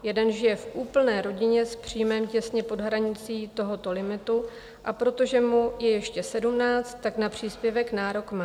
Jeden žije v úplné rodině s příjmem těsně pod hranicí tohoto limitu, a protože mu je ještě sedmnáct, tak na příspěvek nárok má.